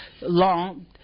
long